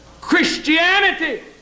Christianity